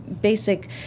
basic